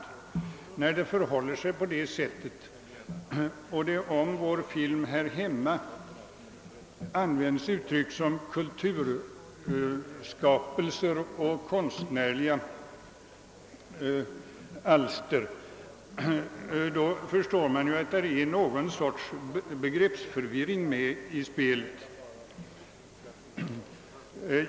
När det förhåller sig på det sättet och det om vår film här hemma används uttryck som kulturskapelser och konstnärliga alster, förstår man ju att där är någon sorts begreppsförvirring med i spelet.